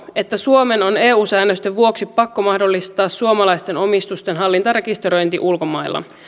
että suomen on eu säännösten vuoksi pakko mahdollistaa suomalaisten omistusten hallintarekisteröinti ulkomailla